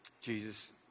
Jesus